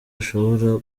ashobora